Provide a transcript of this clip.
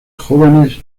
jóvenes